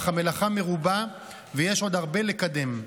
אך המלאכה מרובה ויש עוד הרבה לקדם.